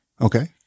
Okay